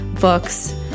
books